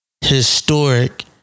historic